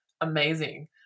amazing